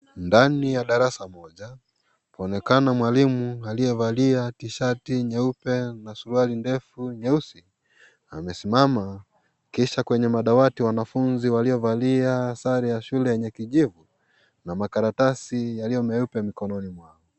Ndani ya darasa moja, kwaonekana mwalimu aliyevalia kishati nyeupe na suruali ndefu nyeusi amesimama kisha kwenye madawati wanafunzi waliovalia sari ya shule yenye kijio na makaratasi yaliyo meupe mikononi mwao.